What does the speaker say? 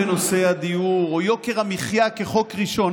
נושא הדיור או יוקר המחייה כחוק ראשון,